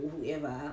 whoever